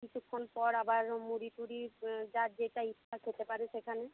কিছুক্ষণ পর আবার মুড়ি টুড়ি যার যেটা ইচ্ছা খেতে পারে সেখানে